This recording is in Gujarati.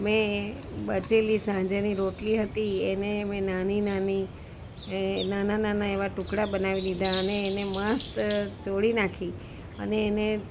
મેં બચેલી સાંજની રોટલી હતી એને મેં નાની નાની એ નાના નાના એવા ટુકડા બનાવી દિધા અને એને મસ્ત ચોળી નાખી અને એને